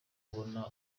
kubona